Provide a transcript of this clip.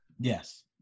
Yes